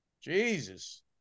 Jesus